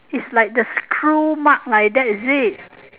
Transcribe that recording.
is like the screw mark like that is it